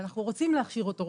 אנחנו רוצים להכשיר אותו,